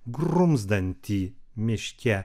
grumzdantį miške